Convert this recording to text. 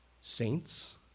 saints